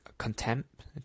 contempt